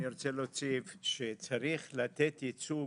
אני רוצה להוסיף שצריך לתת ייצוג